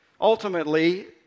ultimately